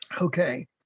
okay